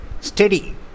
Steady